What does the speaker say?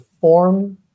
form